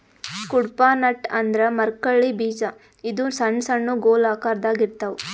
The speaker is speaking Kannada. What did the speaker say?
ಕುಡ್ಪಾ ನಟ್ ಅಂದ್ರ ಮುರ್ಕಳ್ಳಿ ಬೀಜ ಇದು ಸಣ್ಣ್ ಸಣ್ಣು ಗೊಲ್ ಆಕರದಾಗ್ ಇರ್ತವ್